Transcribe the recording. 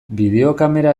bideokamera